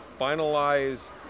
finalize